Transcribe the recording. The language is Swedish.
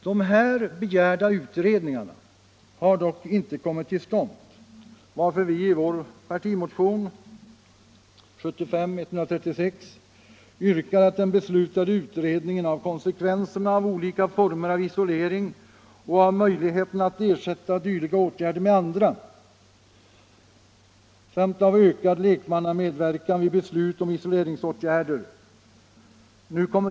De här begärda utredningarna har dock inte ännu kommit till stånd, varför vi i vår partimotion 1975:136 har yrkat att den beslutade utred = Nr 58 ningen av konsekvenserna av olika former av isolering och av möjlig Onsdagen den heterna att ersätta dylika åtgärder med andra samt konsekvenserna av 16 april 1975 ökad lekmannamedverkan vid beslut om isoleringsåtgärder nu kommer.